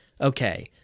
Okay